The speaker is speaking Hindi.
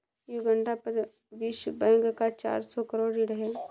युगांडा पर विश्व बैंक का चार सौ करोड़ ऋण है